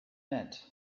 meant